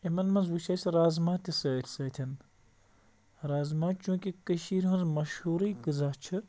یِمَن منٛز وُچھ اَسہِ رازماہ تہِ سۭتۍ سۭتٮ۪ن رازماہ چوٗنٛکہِ کٔشیٖرِ ہٕنٛز مشہوٗرٕے غذا چھِ